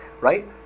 right